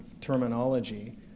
terminology